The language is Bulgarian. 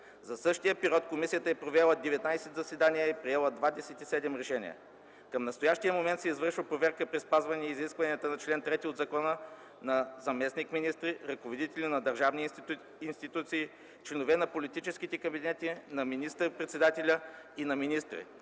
За същия период комисията е провела 19 заседания и е приела 27 решения. Към настоящия момент се извършва проверка, при спазване изискванията на чл. 3 от закона, на заместник-министри, ръководители на държавни институции, членове на политическите кабинети на министър-председателя и на министри,